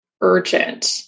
urgent